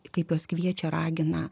kaip jos kviečia ragina